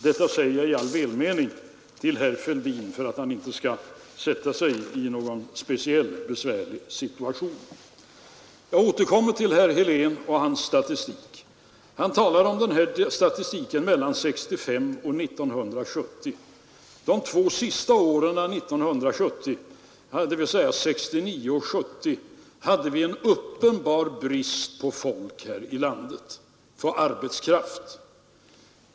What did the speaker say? Detta säger jag i all välmening till herr Fälldin för att han inte skall försätta sig i en besvärlig situation. Jag återkommer till herr Helén och hans statistik. Han talar om statistiken för åren 1965-1970. Under 1969 och 1970 hade vi en uppenbar brist på arbetskraft här i landet.